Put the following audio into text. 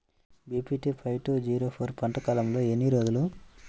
BPT five two zero four పంట కాలంలో ఎన్ని రోజులు?